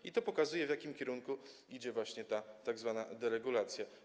I to pokazuje, w jakim kierunku idzie właśnie ta tzw. deregulacja.